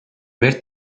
aver